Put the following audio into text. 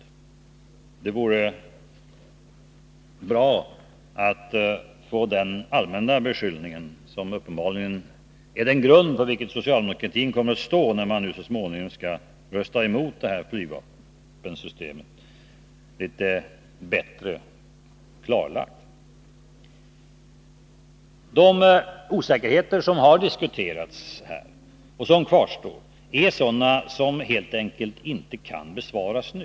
Det vore av värde att få den allmänna beskyllningen, som uppenbarligen är den grund på vilken socialdemokraterna kommer att stå när man nu så småningom skall rösta emot det här flygplanssystemet, litet bättre klarlagd. De osäkerheter som har diskuterats här och som kvarstår är av sådan art att de helt enkelt inte kan bemötas nu.